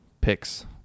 picks